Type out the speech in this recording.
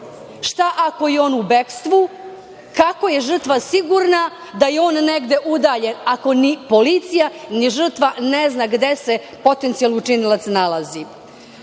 Šta ako je on u bekstvu? Kako je žrtva sigurna da je on negde udaljen, ako ni policija ni žrtva ne zna gde se potencijalni učinilac nalazi? Dalje,